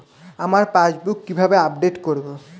আমার পাসবুক কিভাবে আপডেট করবো?